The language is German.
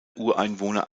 ureinwohner